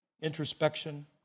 introspection